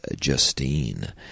Justine